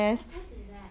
what test is that